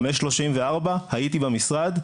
5:34 הייתי במשרד,